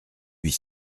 huit